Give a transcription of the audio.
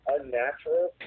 Unnatural